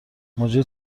مجری